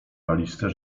walizce